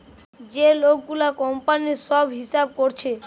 যে লোক গুলা কোম্পানির সব হিসাব কোরছে